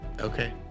Okay